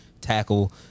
tackle